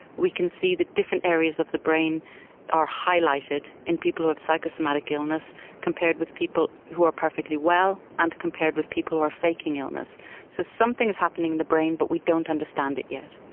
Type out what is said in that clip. we can see that different areas of the brain are highlighted in people who have psychosomatic illness compared with people who are perfectly well and compared with people who are faking so something is happening in the brain but we don't understand it yet.